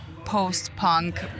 post-punk